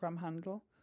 handle